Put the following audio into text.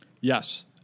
Yes